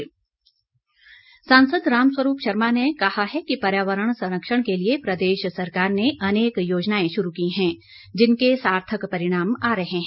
रामस्वरूप शर्मा सांसद रामस्वरूप शर्मा ने कहा है कि पर्यावरण संरक्षण के लिए प्रदेश सरकार ने अनेक योजनाएं शुरू की हैं जिनके सार्थक परिणाम आ रहे हैं